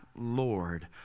Lord